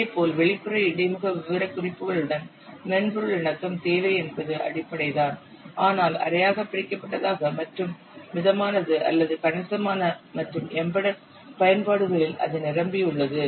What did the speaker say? இதேபோல் வெளிப்புற இடைமுக விவரக்குறிப்புகளுடன் மென்பொருள் இணக்கம் தேவை என்பது அடிப்படைதான் ஆனால் அரையாக பிரிக்கப்பட்டதாக மற்றும் மிதமானது அல்லது கணிசமான மற்றும் எம்பெடெட் பயன்பாடுகளில் அது நிரம்பியுள்ளது